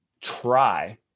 try